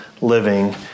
living